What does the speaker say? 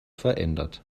verändert